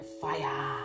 fire